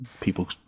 people